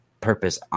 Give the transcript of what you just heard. purpose